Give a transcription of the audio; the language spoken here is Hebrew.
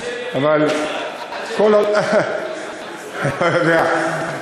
עד שהם יבינו,